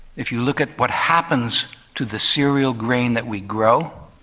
if you look at what happens to the cereal grain that we grow,